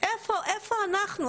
איפה אנחנו?